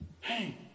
Hey